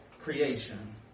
creation